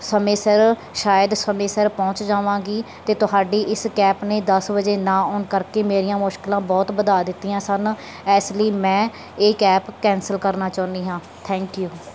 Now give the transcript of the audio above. ਸਮੇਂ ਸਿਰ ਸ਼ਾਇਦ ਸਮੇਂ ਸਿਰ ਪਹੁੰਚ ਜਾਵਾਂਗੀ ਅਤੇ ਤੁਹਾਡੀ ਇਸ ਕੈਪ ਨੇ ਦਸ ਵਜੇ ਨਾ ਆਉਣ ਕਰਕੇ ਮੇਰੀਆਂ ਮੁਸ਼ਕਲਾਂ ਬਹੁਤ ਵਧਾ ਦਿੱਤੀਆਂ ਸਨ ਇਸ ਲਈ ਮੈਂ ਇਹ ਕੈਪ ਕੈਂਸਲ ਕਰਨਾ ਚਾਹੁੰਦੀ ਹਾਂ ਥੈਂਕ ਯੂ